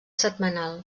setmanal